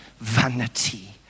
vanity